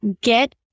Get